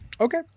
Okay